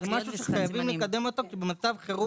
זה משהו שחייבים לקדם אותו, כי במצב חירום